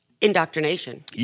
Indoctrination